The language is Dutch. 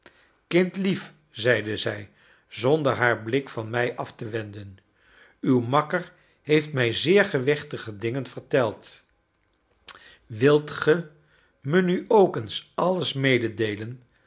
kindlief zeide zij zonder haar blik van mij af te wenden uw makker heeft mij zeer gewichtige dingen verteld wilt gij me nu ook eens alles mededeelen